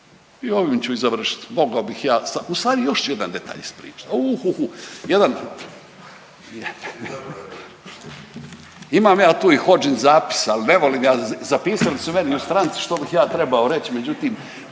i ovime ću i završiti. Mogao bih ja, u stvari još ću jedan detalj ispričati. Uhhuhuhu! Imam ja tu i hodžin zapis, ali ne volim ja. Zapisali su meni u stranci što bih ja trebao reći, međutim